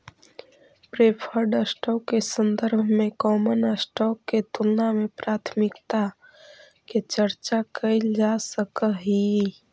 preferred stock के संदर्भ में कॉमन स्टॉक के तुलना में प्राथमिकता के चर्चा कैइल जा सकऽ हई